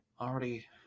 already